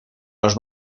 los